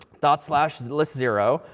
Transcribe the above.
dot slash list zero.